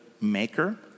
maker